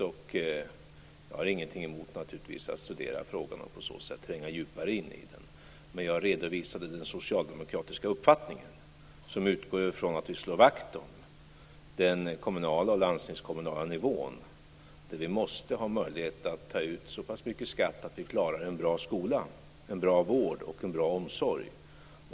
Jag har naturligtvis ingenting emot att studera frågan och tränga djupare in i den, men jag redovisade den socialdemokratiska uppfattningen, som utgår från att vi slår vakt om den kommunala och den landstingskommunala nivån. Vi måste ha möjlighet att ta ut så pass mycket i skatt att vi klarar en bra skola, en bra vård och en bra omsorg.